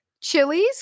chilies